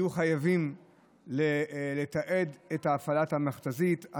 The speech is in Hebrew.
יהיו חייבים לתעד את הפעלת המכת"זית.